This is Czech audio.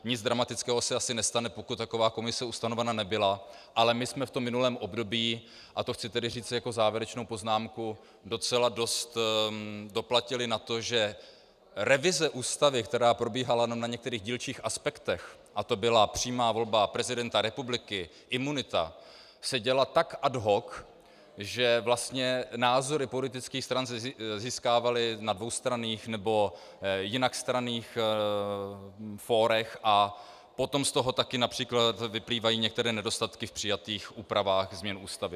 Nic dramatického se asi nestane, pokud by taková komise ustanovena nebyla, ale my jsme v minulém období, a to chci tedy říci jako závěrečnou poznámku, docela dost doplatili na to, že revize Ústavy, která probíhala jenom na některých dílčích aspektech, a to byla přímá volba prezidenta republiky, imunita, se děla tak ad hoc, že vlastně názory politických stran se získávaly na dvoustranných nebo jinakstranných fórech, a potom z toho také například vyplývají některé nedostatky v přijatých úpravách změn Ústavy.